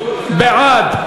בעד,